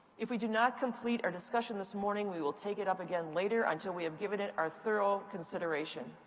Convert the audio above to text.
if we do not complete our discussion this morning, we will take it up again later until we have given it our thorough consideration.